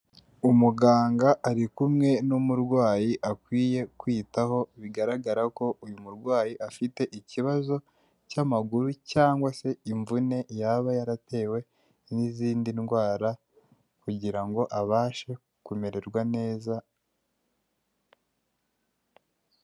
Umuganga ari kumwe n'umurwayi akwiye kwitaho, bigaragara ko uyu murwayi afite ikibazo cy'amaguru cyangwa se imvune yaba yaratewe n'izindi ndwara kugira ngo abashe kumererwa neza.